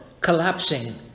collapsing